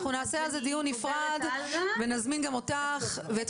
נעשה על זה דיון נפרד ונזמין גם אותך ואת